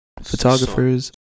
photographers